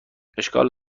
اشکال